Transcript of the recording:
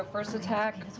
ah first attack.